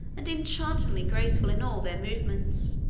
and enchantingly graceful in all their movements.